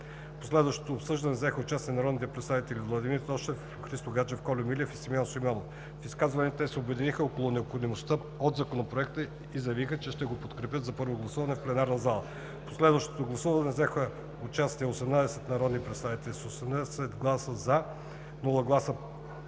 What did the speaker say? последвалото обсъждане взеха участие народните представители Владимир Тошев, Христо Гаджев, Кольо Милев и Симеон Симеонов. В изказванията си те се обединиха около необходимостта от Законопроекта и заявиха, че ще го подкрепят на първо гласуване в пленарна зала. В последвалото гласуване участваха 18 народни представители: с 18 гласа „за“, без